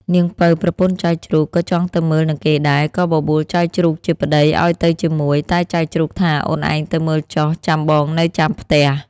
នាងពៅប្រពន្ធចៅជ្រូក ក៏ចង់ទៅមើលនឹងគេដែរ ក៏បបួលចៅជ្រូកជាប្ដីឱ្យទៅជាមួយ តែចៅជ្រូកថា អូនឯងទៅមើលចុះ ចាំបងនៅចាំផ្ទះ។